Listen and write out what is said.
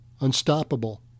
Unstoppable